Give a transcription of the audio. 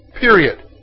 Period